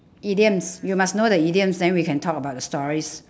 idioms you must know the idioms then we can talk about the stories